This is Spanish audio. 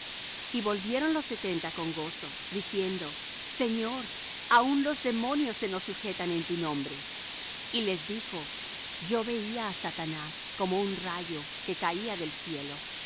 y volvieron los setenta con gozo diciendo señor aun los demonios se nos sujetan en tu nombre y les dijo yo veía á satanás como un rayo que caía del cielo